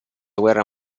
guerra